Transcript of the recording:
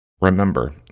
remember